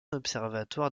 observatoire